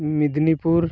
Medinipur